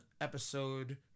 episode